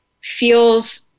feels